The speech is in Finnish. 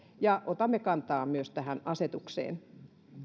ja otamme kantaa myös tähän asetukseen